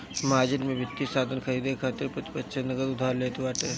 margin में वित्तीय साधन खरीदे खातिर प्रतिपक्ष से नगद उधार लेत बाटे